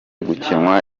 gukinwa